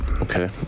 Okay